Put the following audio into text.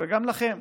וגם לכם: